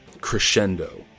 crescendo